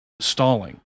stalling